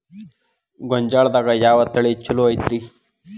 ಗೊಂಜಾಳದಾಗ ಯಾವ ತಳಿ ಛಲೋ ಐತ್ರಿ?